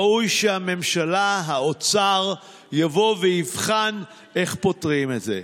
ראוי שהממשלה, האוצר יבוא ויבחן איך פותרים את זה.